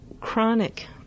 chronic